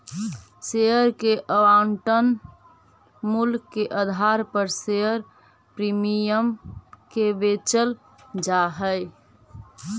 share के आवंटन मूल्य के आधार पर शेयर प्रीमियम के बेचल जा हई